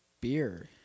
beer